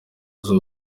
z’u